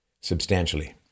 substantially